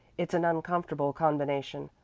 it's an uncomfortable combination,